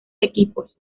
equipos